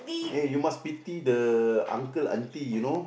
eh you must pity the uncle aunty you know